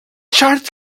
charged